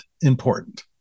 important